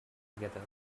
together